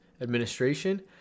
administration